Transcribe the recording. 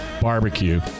barbecue